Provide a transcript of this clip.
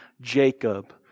Jacob